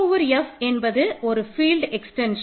K over F என்பது ஒரு field extension